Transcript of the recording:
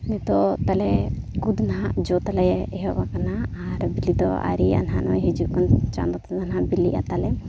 ᱱᱤᱛᱚᱜ ᱛᱟᱞᱮ ᱠᱩᱫᱽ ᱱᱟᱦᱟᱜ ᱡᱚ ᱛᱟᱞᱮ ᱮᱦᱚᱵ ᱟᱠᱟᱱᱟ ᱟᱨ ᱵᱤᱞᱤ ᱫᱚ ᱟᱹᱣᱨᱤᱭᱟᱜᱼᱟ ᱱᱟᱦᱟᱜ ᱱᱚᱜᱼᱚᱭ ᱦᱤᱡᱩᱜ ᱠᱟᱱ ᱪᱟᱸᱫᱚ ᱛᱮᱫᱚ ᱱᱟᱦᱟᱜ ᱵᱤᱞᱤᱜᱼᱟ ᱛᱟᱞᱮ